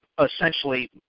essentially